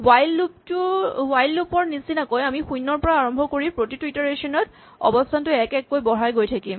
while loop ৰ নিচিনাকৈ আমি শূণ্যৰ পৰা আৰম্ভ কৰি প্ৰতিটো ইটাৰেচন ত অৱস্হানটো এক এক কৈ বঢ়াই গৈ থাকিম